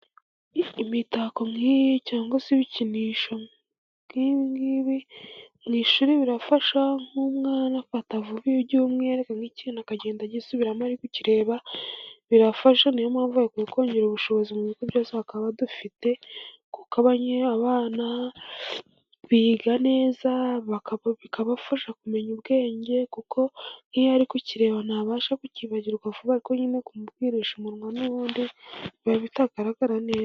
Imitako nk'iyi cyangwa se ibikinisho n'inkibingibi, mu ishuri birafasha nk'umwana afata vuba iyo ugiye umweka nk'kintu akagenda agisubiramo ariko ku kireba birafasha, niyo mpamvu bakwiye kongera ubushobozi mu bigo byose bakaba badufite kuko abanye abana biga neza bikabafasha kumenya ubwenge kuko iyo ari kukireba ntabasha kukibagirwa vuba, kuko nyine kumubwisha umunwa n'ubundiba bitagaragara neza.